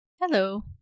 Hello